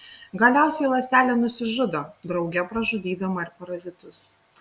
galiausiai ląstelė nusižudo drauge pražudydama ir parazitus